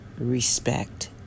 respect